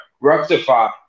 rectify